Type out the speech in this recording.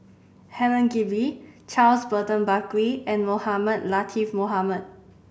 Helen Gilbey Charles Burton Buckley and Mohamed Latiff Mohamed